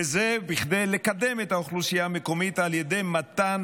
וזה כדי לקדם את האוכלוסייה המקומית על ידי מתן